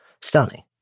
stunning